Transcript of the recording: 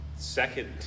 second